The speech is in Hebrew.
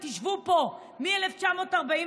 תשבו פה, מ-1948,